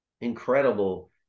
incredible